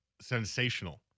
sensational